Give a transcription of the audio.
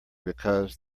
because